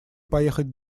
поехать